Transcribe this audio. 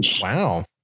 Wow